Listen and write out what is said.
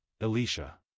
Elisha